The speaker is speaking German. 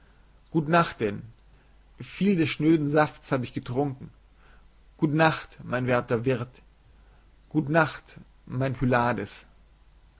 gut nacht denn viel des schnöden safts hab ich getrunken gut nacht mein werter wirt gut nacht mein